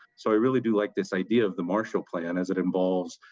so i really do like this idea of the marshal plan, as it involves,